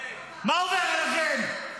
מה עובר עליכם?